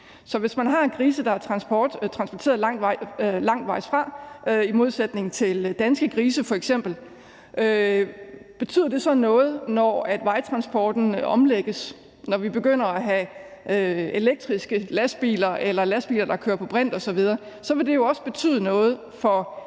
Så hvis man har grise, der er transporteret langvejsfra i modsætning til danske grise f.eks., betyder det så noget, når vejtransporten omlægges, når vi begynder at have elektriske lastbiler eller lastbiler, der kører på brint osv.? For det vil jo så også betyde noget for